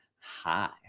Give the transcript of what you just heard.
hi